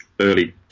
early